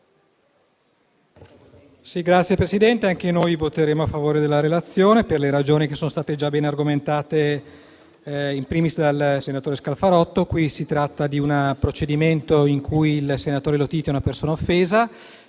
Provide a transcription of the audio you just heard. Signor Presidente, anche noi voteremo a favore della relazione per le ragioni che sono state già ben argomentate *in primis* dal senatore Scalfarotto. Si tratta di un procedimento in cui il senatore Lotito è persona offesa;